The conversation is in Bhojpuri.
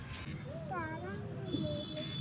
सावधि जमा क पैसा सीधे हमरे बचत खाता मे आ जाई?